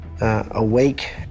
Awake